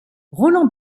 roland